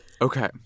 Okay